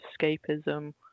escapism